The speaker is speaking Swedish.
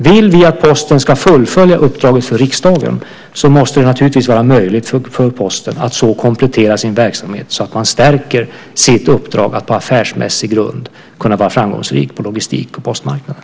Vill vi att Posten ska fullfölja uppdraget för riksdagen måste det naturligtvis vara möjligt för Posten att så komplettera sin verksamhet att man stärker sitt uppdrag, att på affärsmässig grund kunna vara framgångsrik på logistik och postmarknaden.